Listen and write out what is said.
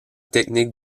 technique